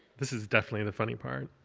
this is definitely the funny part.